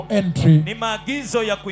entry